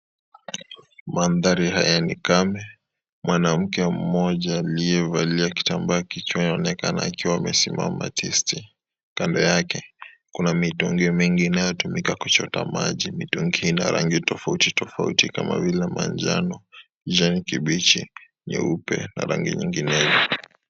Mandhari haya ni kame , mwanamke aliyevalia kitambaa kichwani anaonekana akiwa amesimama tisti . Kando yake kuna mitungi mingi inayotumika kuchota maji . Mitungi ina rangi tofauti tofauti kama vile manjano , kijani kibichi , nyeupe na rangi nyinginezo .